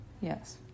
Yes